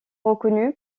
reconnu